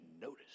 notice